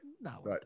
No